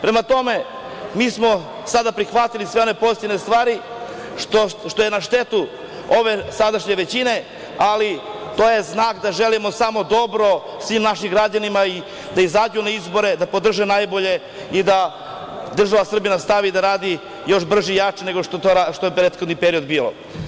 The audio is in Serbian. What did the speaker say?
Prema tome, mi smo sada prihvatili sve one pozitivne stvari što je na štetu ove sadašnje većine, ali to je znak da želimo samo dobro svim našim građanima, da izađu na izbore, da podrže najbolje i da država Srbija nastavi da radi još brže i jače nego što je prethodni period bio.